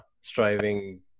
striving